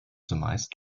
zumeist